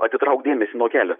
atitraukti dėmesį nuo kelio